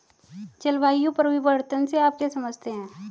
जलवायु परिवर्तन से आप क्या समझते हैं?